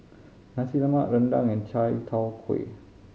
Nasi Lemak rendang and Chai Tow Kuay